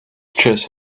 chest